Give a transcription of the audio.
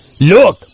Look